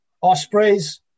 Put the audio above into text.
Ospreys